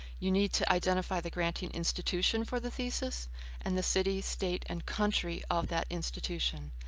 you need to identify the granting institution for the thesis and the city, state, and country of that institution.